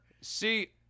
See